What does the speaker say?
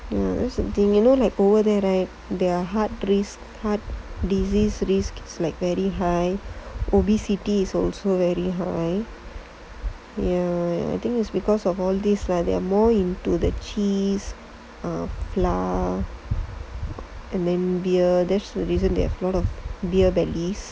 ya that's the thing you know like over there right their heart risk disease risk is like very high obesity is also very high ya I think is because of all things lah they are more into this things cheese flour beer there's reason they have lot of beer bellies